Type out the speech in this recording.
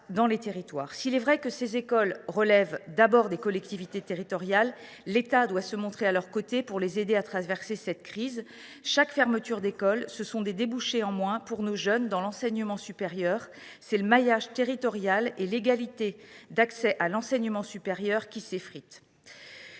dans les territoires. S’il est vrai que ces écoles relèvent d’abord des collectivités territoriales, l’État doit se trouver aux côtés de celles ci pour les aider à traverser cette crise. Chaque fermeture d’école entraîne une diminution des débouchés pour nos jeunes dans l’enseignement supérieur et le maillage territorial et l’égalité d’accès à l’enseignement supérieur s’effritent.